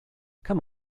come